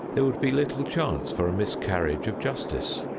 there would be little chance for a miscarriage of justice.